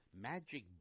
magic